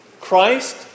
Christ